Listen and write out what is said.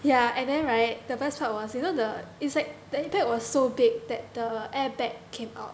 ya and then right the best part was you know the it's like that the impact was so big that the airbag came out